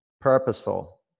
Purposeful